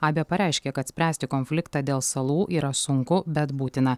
abė pareiškė kad spręsti konfliktą dėl salų yra sunku bet būtina